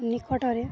ନିକଟରେ